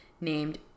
named